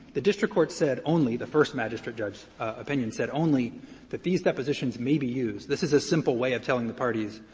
the district court said only the first magistrate judge's opinion said only that these depositions may be used. this is a simple way of telling the parties,